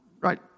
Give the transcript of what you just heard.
right